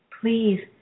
please